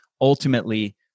ultimately